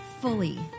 fully